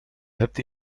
hebt